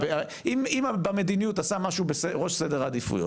אם במדיניות אתה שם משהו בראש סדר העדיפויות,